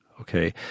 Okay